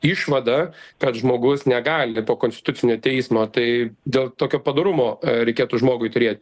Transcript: išvadą kad žmogus negali po konstitucinio teismo tai dėl tokio padorumo reikėtų žmogui turėt